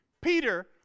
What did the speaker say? Peter